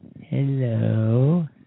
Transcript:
Hello